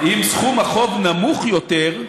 אם סכום החוב נמוך יותר,